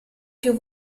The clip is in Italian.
più